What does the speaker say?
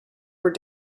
were